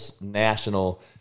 national